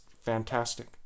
fantastic